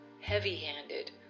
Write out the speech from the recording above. heavy-handed